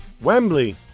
Wembley